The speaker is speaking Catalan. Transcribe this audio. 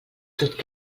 tot